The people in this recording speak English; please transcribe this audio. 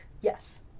yes